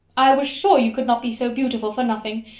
i was sure you could not be so beautiful for nothing!